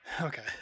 okay